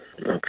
Okay